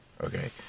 okay